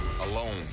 Alone